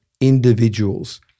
individuals